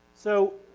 so